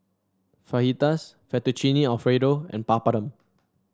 Fajitas Fettuccine Alfredo and Papadum